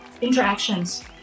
interactions